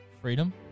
Freedom